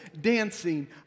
dancing